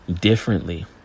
differently